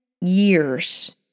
years